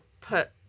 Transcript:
put